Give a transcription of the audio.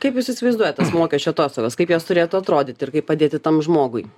kaip jūs įsivaizduojat tas mokesčių atostogas kaip jos turėtų atrodyti ir kaip padėti tam žmogui